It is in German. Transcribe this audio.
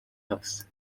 hast